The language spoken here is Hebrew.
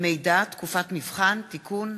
מידע (תקופת מבחן) (תיקון),